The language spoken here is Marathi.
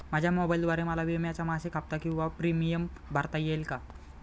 माझ्या मोबाईलद्वारे मला विम्याचा मासिक हफ्ता किंवा प्रीमियम भरता येईल का?